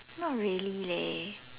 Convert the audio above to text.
not really leh